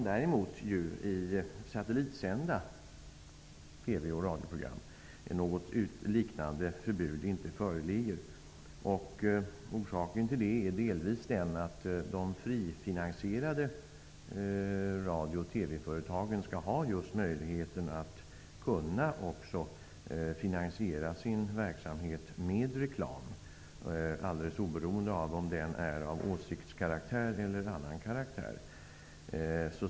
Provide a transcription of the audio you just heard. Däremot föreligger inte något liknande förbud i satellitsända TV och radioprogram. Orsaken till det är delvis att de frifinansierade radio och TV företagen skall ha möjligheten att kunna finansiera sin verksamhet med reklam, alldeles oberoende av om den är av åsiktskaraktär eller annan karaktär.